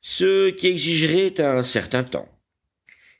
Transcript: ce qui exigerait un certain temps